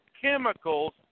chemicals